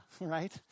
Right